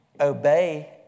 obey